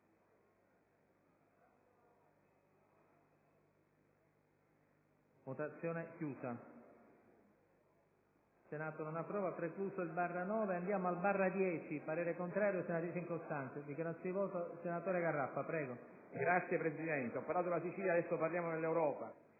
Signor Presidente, ho parlato della Sicilia, adesso parliamo dell'Europa.